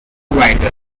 writer